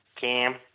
Cam